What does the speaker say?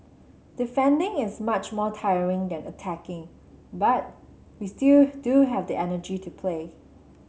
defending is much more tiring than attacking but we still do have the energy to play